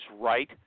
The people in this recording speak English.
right